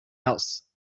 else